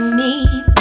need